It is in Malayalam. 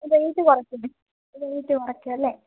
റേയ്റ്റ് കുറക്കണേ റേയ്റ്റ് കുറയ്ക്കാം അല്ലേ